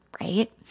Right